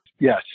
Yes